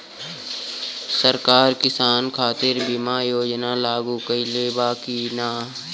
सरकार किसान खातिर बीमा योजना लागू कईले बा की ना?